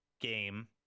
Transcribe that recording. game